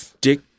dick